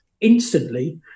instantly